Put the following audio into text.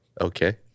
Okay